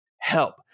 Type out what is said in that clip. Help